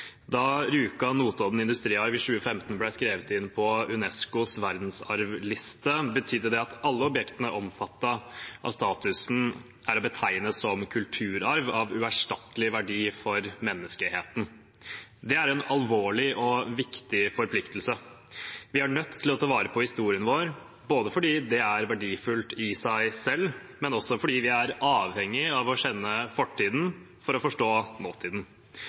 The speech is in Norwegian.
Da Rjukan–Notodden industriarv i 2015 ble skrevet inn på UNESCOs verdensarvliste, betydde det at alle objektene omfattet av statusen er å betegne som kulturarv av uerstattelig verdi for menneskeheten. Det er en alvorlig og viktig forpliktelse. Vi er nødt til å ta vare på historien vår både fordi det er verdifullt i seg selv, og fordi vi er avhengig av å kjenne fortiden for å forstå nåtiden.